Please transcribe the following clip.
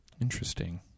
Interesting